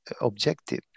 objective